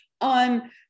on